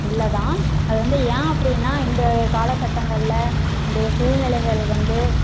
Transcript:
இல்லை தான் அது வந்து ஏன் அப்படின்னா இந்த காலகட்டங்களில் இன்றைய சூழ்நிலைகள் வந்து